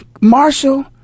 Marshall